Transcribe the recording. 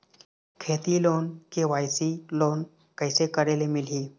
खेती loan KYC loan कइसे करे ले मिलही?